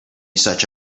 such